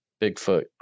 Bigfoot